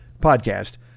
podcast